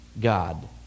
God